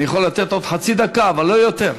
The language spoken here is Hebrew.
אני יכול לתת עוד חצי דקה, אבל לא יותר.